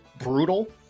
brutal